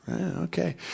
Okay